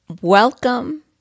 Welcome